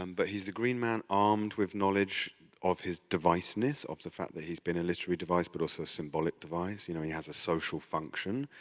um but he's the green man armed with knowledge of his device-ness, of the fact that he's been a literary device, but also a symbolic device. you know he has a social function.